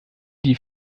die